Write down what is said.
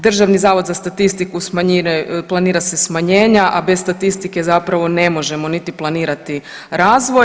Državni zavod za statistiku planira se smanjenja, a bez statistike zapravo ne možemo niti planirati razvoj.